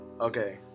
Okay